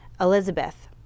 Elizabeth